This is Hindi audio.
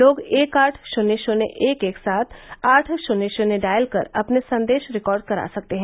लोग एक आठ शून्य शून्य एक एक सात आठ शून्य शून्य डायल कर अपने संदेश रिकार्ड करा सकते हैं